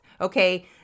Okay